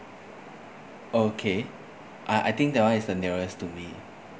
okay uh I think that one is the nearest to me